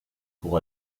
pour